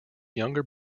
younger